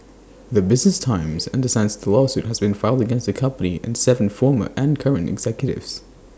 the business times understands the lawsuit has been filed against the company and Seven former and current executives